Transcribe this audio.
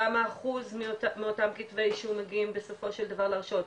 כמה אחוז מאותם כתבי אישום מגיעים בסופו של דבר להרשעות?